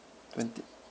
twenty